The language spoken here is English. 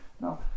Now